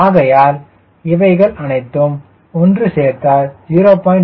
ஆகையால் இவைகள் அனைத்தையும் ஒன்று சேர்த்தால் 0